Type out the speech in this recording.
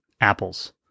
apples